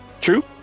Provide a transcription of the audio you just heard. True